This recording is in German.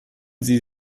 sie